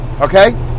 Okay